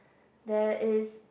there is